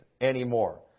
anymore